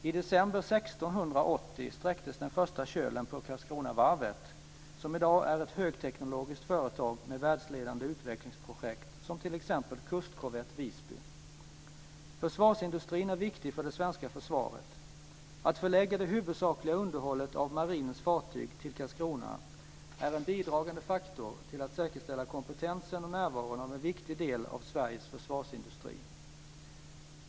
I december 1680 sträcktes den första kölen på Karlskronavarvet som i dag är ett högteknologiskt företag med världsledande utvecklingsprojekt såsom t.ex. kustkorvett Visby. Försvarsindustrin är viktig för det svenska försvaret. Att förlägga det huvudsakliga underhållet av marinens fartyg till Karlskrona är en bidragande faktor till att säkerställa kompetensen och närvaron av en viktig del av Sveriges försvarsindustri.